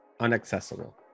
unaccessible